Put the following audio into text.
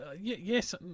yes